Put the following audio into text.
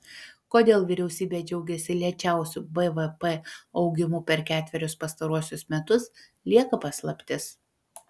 kodėl vyriausybė džiaugiasi lėčiausiu bvp augimu per ketverius pastaruosius metus lieka paslaptis